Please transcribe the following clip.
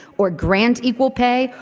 or grant equal pay,